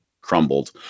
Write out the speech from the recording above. crumbled